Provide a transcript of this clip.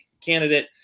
candidate